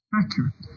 accurate